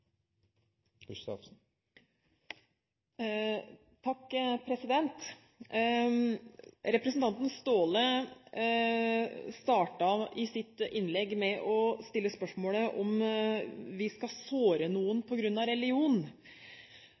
Representanten Staahle startet sitt innlegg med å stille spørsmålet om vi skal såre